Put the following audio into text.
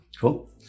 Cool